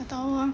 tak [tau] ah